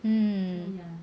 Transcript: um